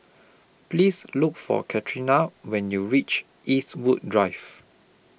Please Look For Katharina when YOU REACH Eastwood Drive